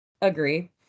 Agree